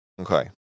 Okay